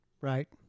Right